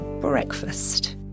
breakfast